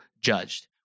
judged